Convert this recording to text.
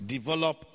Develop